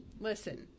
Listen